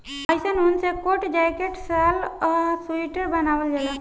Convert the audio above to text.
अइसन ऊन से कोट, जैकेट, शाल आ स्वेटर बनावल जाला